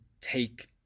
take